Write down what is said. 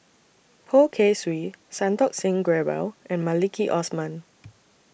Poh Kay Swee Santokh Singh Grewal and Maliki Osman